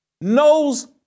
knows